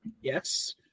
Yes